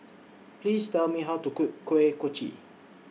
Please Tell Me How to Cook Kuih Kochi